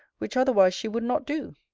which otherwise she would not do.